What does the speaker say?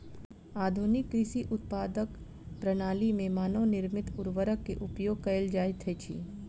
आधुनिक कृषि उत्पादनक प्रणाली में मानव निर्मित उर्वरक के उपयोग कयल जाइत अछि